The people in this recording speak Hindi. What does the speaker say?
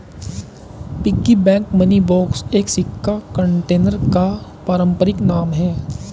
पिग्गी बैंक मनी बॉक्स एक सिक्का कंटेनर का पारंपरिक नाम है